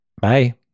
Bye